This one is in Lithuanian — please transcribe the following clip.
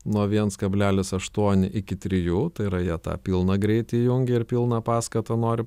nuo viens kablelis aštuoni iki trijų tai yra jie tą pilną greit įjungė ir pilną paskatą nori